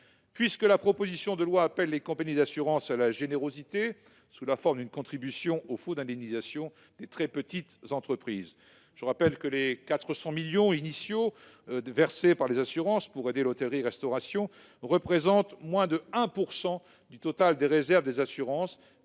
Puisque la proposition de loi appelle les compagnies d'assurance à la générosité, sous la forme d'une contribution au Fonds d'indemnisation des très petites entreprises, je rappelle que les 400 millions d'euros initiaux versés par les assurances pour aider l'hôtellerie-restauration représentent moins de 1 % du total des réserves des assurances,